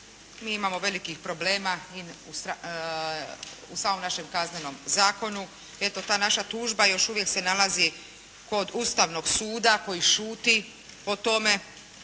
mi imamo velikih problema u samom našem kaznenom zakonu, eto ta naša tužba još uvijek se nalazi kod Ustavnog suda koji šuti o tome,